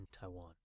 Taiwan